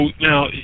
now